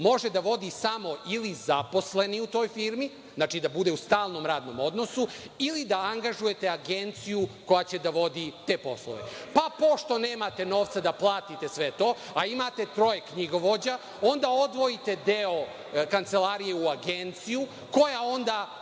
može da vodi samo ili zaposleni u toj firmi, znači, da bude u stalnom radnom odnosu ili da angažujete agenciju koja će da vodi te poslove. Pošto nemate novca da platite sve to, a imate troje knjigovođa, onda odvojite deo kancelarije u agenciju, koja onda